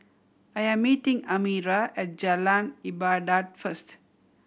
I am meeting Amira at Jalan Ibadat first